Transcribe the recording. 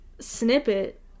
Snippet